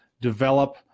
develop